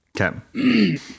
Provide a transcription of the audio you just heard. Okay